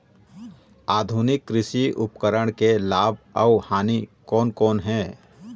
आधुनिक कृषि उपकरण के लाभ अऊ हानि कोन कोन हे?